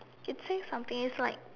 it says something it's like